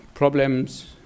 problems